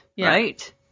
right